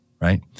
Right